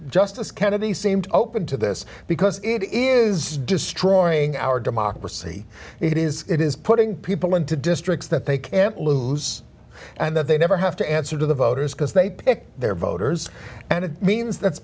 justice kennedy seemed open to this because it is destroying our democracy it is it is putting people into districts that they can't lose and that they never have to answer to the voters because they pick their voters and it means that's